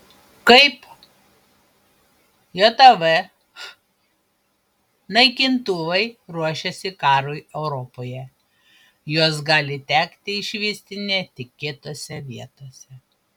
kaip jav naikintuvai ruošiasi karui europoje juos gali tekti išvysti netikėtose vietose